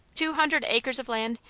two hundred acres of land,